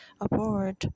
aboard